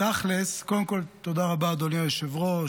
תכלס, קודם כול, תודה רבה, אדוני היושב-ראש.